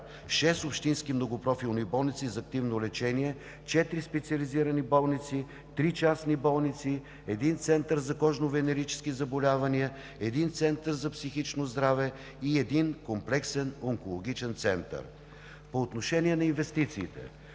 общински многопрофилни болници за активно лечение; четири специализирани болници; три частни болници; един център за кожно-венерически заболявания; един център за психично здраве и един комплексен онкологичен център. По отношение на инвестициите.